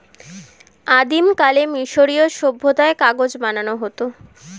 আদিমকালে মিশরীয় সভ্যতায় কাগজ বানানো হতো